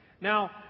Now